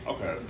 Okay